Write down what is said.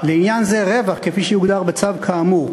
לעניין זה "רווח" כפי שיוגדר בצו כאמור.